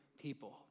people